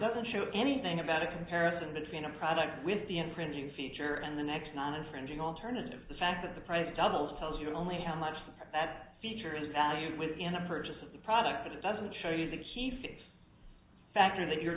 doesn't show anything about a comparison between a product with the infringing feature and the next nonis fringing alternative the fact that the price doubles tells you only how much that feature is valued within the purchase of the product but it doesn't show you the qif factor that your